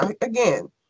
Again